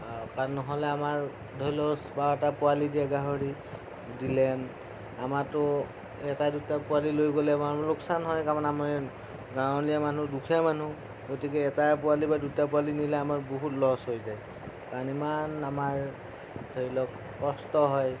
কাৰণ নহ'লে আমাৰ ধৰি লওক দহ বাৰটা পোৱালি দিয়া গাহৰি দিলে আমাৰতো এটা দুটা পোৱালি লৈ গ'লে আমাৰ লোকচান হয় তাৰমানে আমাৰ গাঁৱলীয়া মানুহ দুখীয়া মানুহ গতিকে এটা পোৱালি বা দুটা পোৱালি নিলে আমাৰ বহুত লচ হৈ যায় কাৰণ ইমান আমাৰ ধৰি লওক কষ্ট হয়